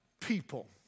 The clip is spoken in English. people